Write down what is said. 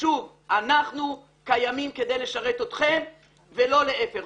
שוב, אנחנו קיימים כדי לשרת אתכם ולא להיפך.